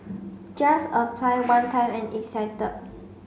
just apply one time and it's settled